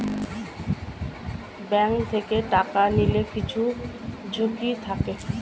bank থেকে টাকা নিলে কিছু ঝুঁকি থাকে